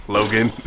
Logan